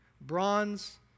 bronze